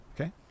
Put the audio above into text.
okay